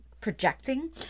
Projecting